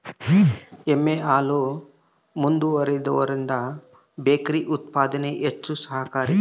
ಎಮ್ಮೆ ಹಾಲು ಮಂದವಾಗಿರುವದರಿಂದ ಬೇಕರಿ ಉತ್ಪಾದನೆಗೆ ಹೆಚ್ಚು ಸಹಕಾರಿ